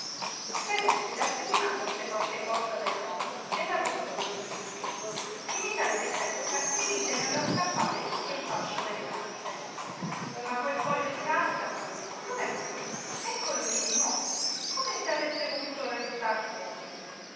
credette dapprima fosse qualche bozza del nonno e la buttò lí finita la ricerca rimise nello scaffale tutto il fascio delle carte ma quel foglio di carta come mai eccolo lí di nuovo come se avesse voluto restar fuori